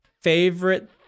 Favorite